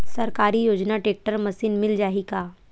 सरकारी योजना tractor machine मिल जाही का?